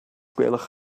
gwelwch